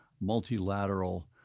multilateral